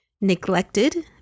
Neglected